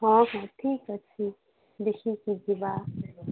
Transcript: ହଁ ହଁ ଠିକଅଛି ଦେଖିକି ଯିବା